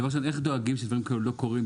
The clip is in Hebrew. איך דואגים שדברים כאלה לא קורים,